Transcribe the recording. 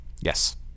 yes